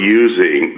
using